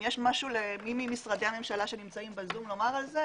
אם יש משהו למי ממשרדי ממשלה שנמצאים ב-זום להתייחס לזה,